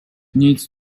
needs